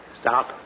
Stop